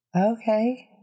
Okay